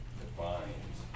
defines